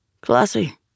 Classy